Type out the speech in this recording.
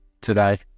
today